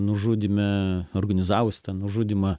nužudyme organizavus tą nužudymą